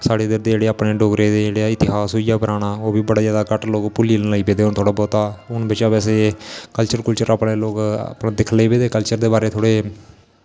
साढ़े इद्धर दे जेह्ड़े अपने डोगरें दा जेह्ड़ा इतिहास होई गेआ पराना ओह् बी बड़ा जैदा घट्ट लोग भुल्लन लग्गी पेदे थोह्ड़ा बौह्ता हून बिच्चा बैसे कल्चर कुल्चर अपने लोग अपना दिक्खवन लग्गी पेदे कल्चर दे बारै थोह्ड़े